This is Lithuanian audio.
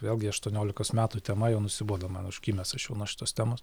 vėlgi aštuoniolikos metų tema jau nusibodo man užkimęs aš jau nuo šitos temos